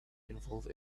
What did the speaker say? involve